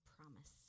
promise